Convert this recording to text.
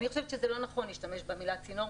אני חושבת שזה לא נכון להשתמש במילה צינור,